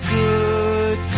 good